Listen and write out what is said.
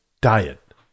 diet